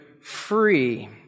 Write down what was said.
free